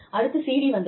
அடுத்து CD வந்தது